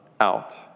out